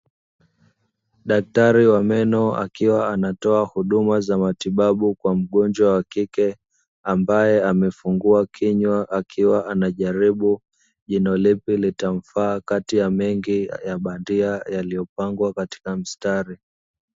Daktari wa meno akiwa anatoa huduma za matibabu kwa mgonjwa wa kike, ambaye amefungua kinywa akiwa anajaribu jino lipi litamfaa kati ya mengi ya bandia yaliyopangwa katika mstari.